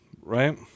right